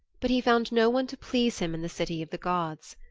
but he found no one to please him in the city of the gods.